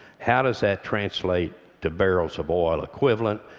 how does that translate to barrels of oil equivalent?